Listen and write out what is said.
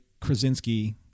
Krasinski